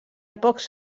pocs